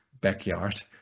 backyard